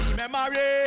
memory